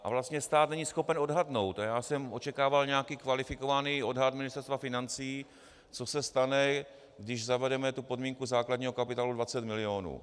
A vlastně stát není schopen odhadnout, a já jsem očekával nějaký kvalifikovaný odhad Ministerstva financí, co se stane, když zavedeme tu podmínku základního kapitálu 20 milionů.